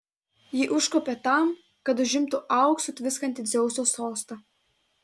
ji užkopė tam kad užimtų auksu tviskantį dzeuso sostą